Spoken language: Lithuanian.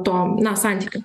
to na santykio